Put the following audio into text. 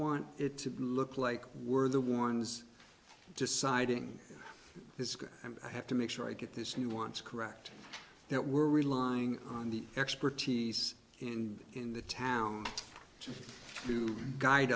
want it to look like we're the ones deciding this guy and i have to make sure i get this he wants correct that we're relying on the expertise and in the town to guide